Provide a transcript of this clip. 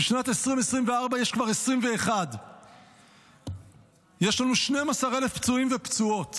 בשנת 2024 יש כבר 21. יש לנו 12,000 פצועים ופצועות.